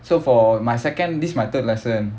so for my second this my third lesson